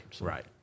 Right